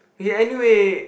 he anyway